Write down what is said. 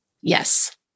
yes